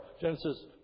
Genesis